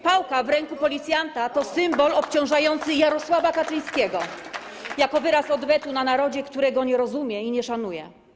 Pałka w ręku policjanta to obciążający Jarosław Kaczyńskiego symbol, wyraz odwetu na narodzie, którego nie rozumie i nie szanuje.